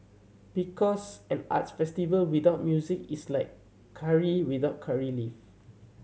because an arts festival without music is like curry without curry leave